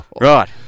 Right